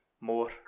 more